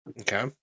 Okay